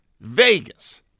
Vegas